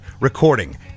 recording